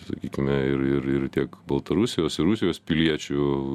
sakykime ir ir ir tiek baltarusijos ir rusijos piliečių